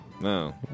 No